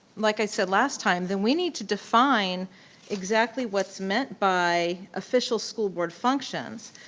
like i said last time, then we need to define exactly what's meant by official school board functions.